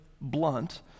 blunt